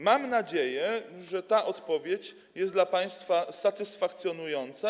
Mam nadzieję, że ta odpowiedź jest dla państwa satysfakcjonująca.